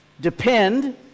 depend